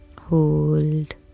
Hold